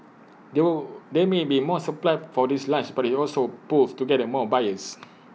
there will there may be more supply for this launch but IT also pools together more buyers